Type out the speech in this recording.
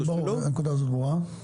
הנקודה הזאת ברורה.